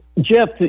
Jeff